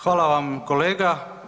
Hvala vam kolega.